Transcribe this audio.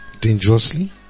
dangerously